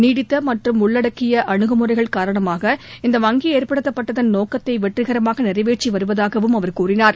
நீடித்த மற்றும் உள்ளடக்கிய அனுகுமுறைகள் காரணமாக இந்த வங்கி ஏற்படுத்தப்பட்டதன் நோக்கத்தை வெற்றிகரமாக நிறைவேற்றி வருவதாகவும் அவர் கூறினார்